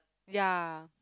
ya